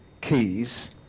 keys